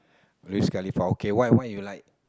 Wiz-Khalifa okay what what you like